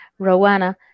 Rowana